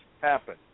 happen